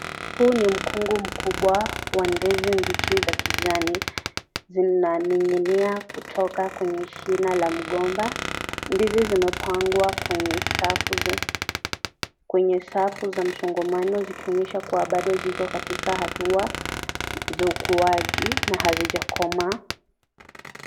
Huu ni mkungu mkubwa wa ndizi mbichi za kijani kinaninginia kutoka kwenye shina la mgomba. Ndizi zimepangwa Kwenye safu za mchongamano zikionyesha kuwa bado ziko katika hatua na ukuaji na hazijakomaa.